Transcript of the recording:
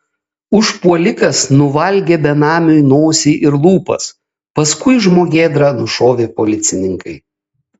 užpuolikas nuvalgė benamiui nosį ir lūpas paskui žmogėdrą nušovė policininkai